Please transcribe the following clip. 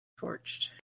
torched